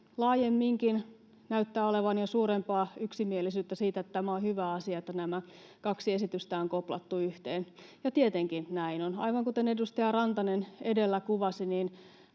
laajemminkin näyttää olevan jo suurempaa yksimielisyyttä siitä, että tämä on hyvä asia, että nämä kaksi esitystä on koplattu yhteen, ja tietenkin näin on. Aivan kuten edustaja Rantanen edellä kuvasi,